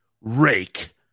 Rake